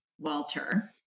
Walter